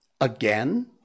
Again